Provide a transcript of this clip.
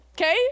okay